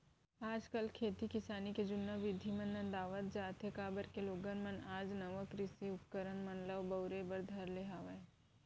आज काल खेती किसानी के जुन्ना बिधि मन नंदावत जात हें, काबर के लोगन मन ह आज नवा कृषि उपकरन मन ल बउरे बर धर ले हवय